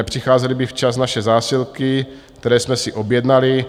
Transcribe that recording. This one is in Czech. Nepřicházely by včas naše zásilky, které jsme si objednali.